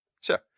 Sure